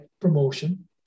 promotion